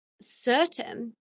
certain